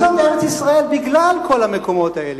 אבל זאת ארץ-ישראל בגלל כל המקומות האלה,